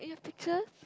pictures